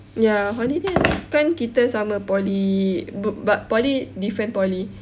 ya holiday kan kita sama poly b~ but poly different poly